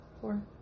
four